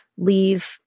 leave